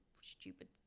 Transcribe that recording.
stupid